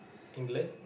England